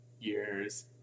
years